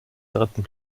dritten